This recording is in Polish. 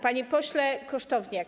Panie Pośle Kosztowniak!